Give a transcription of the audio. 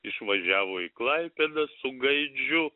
išvažiavo į klaipėdą su gaidžiu